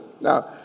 Now